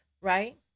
right